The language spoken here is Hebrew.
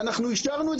אישרנו את